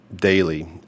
daily